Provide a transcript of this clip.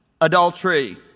adultery